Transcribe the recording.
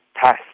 test